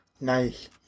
Nice